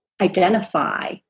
identify